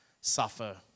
suffer